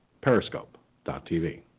Periscope.tv